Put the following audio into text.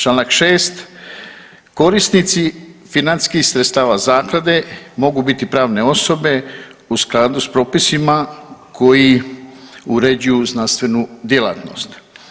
Čl. 6. korisnici financijskih sredstava zaklade mogu biti pravne osobe u skladu s propisima koji uređuju znanstvenu djelatnost.